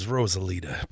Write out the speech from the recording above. Rosalita